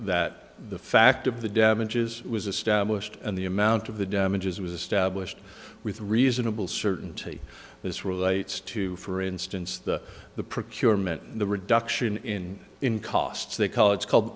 that the fact of the damages was established and the amount of the damages was established with reasonable certainty this relates to for instance the the procurement the reduction in in costs they call it's called